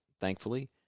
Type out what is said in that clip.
thankfully